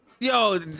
Yo